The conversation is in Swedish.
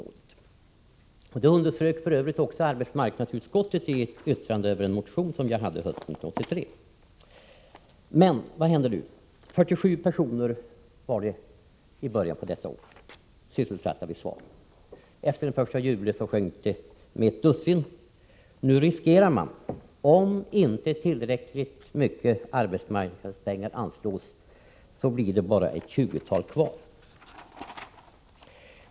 Denna betydelse underströk f. ö. arbetsmarknadsutskottet i sitt yttrande över en motion från mig hösten 1983. Men vad händer nu? 47 personer var i början av detta år sysselsatta vid SVAR. Efter den 1 juli sjönk antalet med ett dussin personer. Nu riskerar man, om inte tillräckligt mycket arbetsmarknadspengar anslås, att det bara blir ett tjugotal personer kvar.